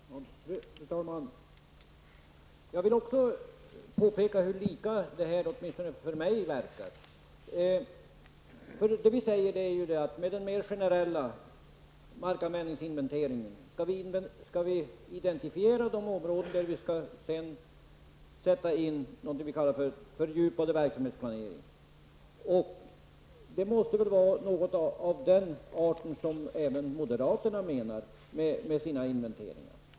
Fru talman! Jag vill också påpeka hur lika dessa förslag verkar åtminstone för mig. Förslagen går ut på att vi att med den mer generella markanvändningsinventeringen skall identifiera de områden där vi sedan skall sätta in vad vi kallar för fördjupad verksamhetsplanering. Det måste väl vara något liknande som moderaterna menar med sitt förslag till inventering?